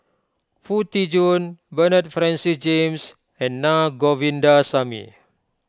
Foo Tee Jun Bernard Francis James and Naa Govindasamy